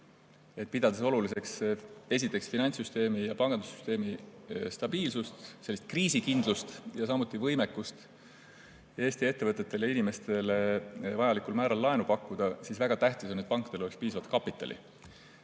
et pidades oluliseks esiteks finantssüsteemi ja pangandussüsteemi stabiilsust, sellist kriisikindlust, ja samuti võimekust Eesti ettevõtetele ja inimestele vajalikul määral laenu pakkuda, siis väga tähtis on, et pankadel oleks piisavalt kapitali.